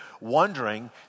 wondering